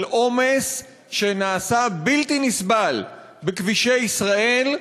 של עומס שנעשה בלתי נסבל בכבישי ישראל,